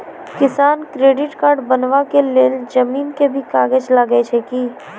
किसान credit card बनबा के लेल जमीन के भी कागज लागै छै कि?